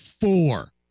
four